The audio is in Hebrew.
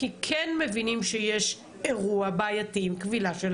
כי כן מבינים שיש אירוע בעייתי עם כבילה של